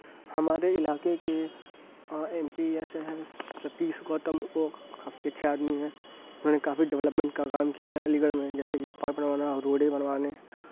ہمارے علاقے کے ایم پی ایسے ہیں ستیش گوتم وہ کافی اچھے آدمی ہیں اُنہوں نے کافی ڈپلوپمینٹ کا کام کیا ہے علی گڑھ میں جیسے کہ پارک بنوانا روڈ بنوانے